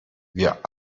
wir